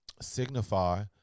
signify